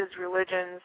religions